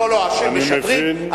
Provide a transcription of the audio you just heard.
משדרים?